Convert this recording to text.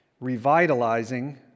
revitalizing